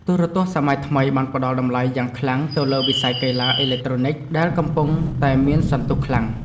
ទូរទស្សន៍សម័យថ្មីបានផ្តល់តម្លៃយ៉ាងខ្លាំងទៅលើវិស័យកីឡាអេឡិចត្រូនិកដែលកំពុងតែមានសន្ទុះខ្លាំង។